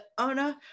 owner